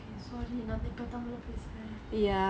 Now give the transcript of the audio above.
okay sorry நான் இப்ப தமிழ்ல பேசுறேன்:naan ippa tamile pesuren